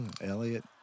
Elliot